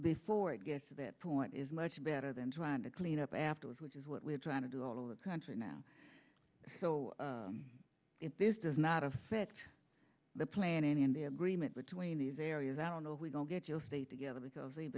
before it gets to that point is much better than trying to clean up afterwards which is what we're trying to do all over the country now so if this does not affect the play in any of the agreement between these areas i don't know if we don't get your state together because they've